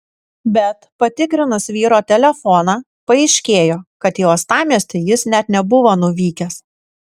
bet patikrinus vyro telefoną paaiškėjo kad į uostamiestį jis net nebuvo nuvykęs